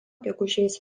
gegužės